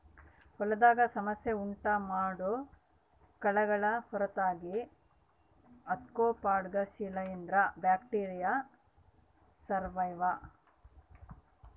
ಹೊಲದಾಗ ಸಮಸ್ಯೆ ಉಂಟುಮಾಡೋ ಕಳೆಗಳ ಹೊರತಾಗಿ ಆರ್ತ್ರೋಪಾಡ್ಗ ಶಿಲೀಂಧ್ರ ಬ್ಯಾಕ್ಟೀರಿ ಸೇರ್ಯಾವ